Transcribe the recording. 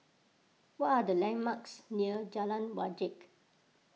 what are the landmarks near Jalan Wajek